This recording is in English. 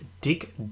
Dick